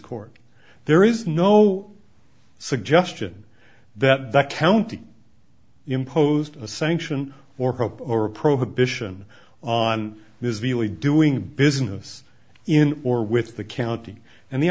court there is no suggestion that that county imposed a sanction or hope or a prohibition on this vili doing business in or with the county and the